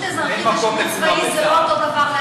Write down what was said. זה לא אותו דבר כמו שירות צבאי.